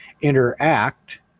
interact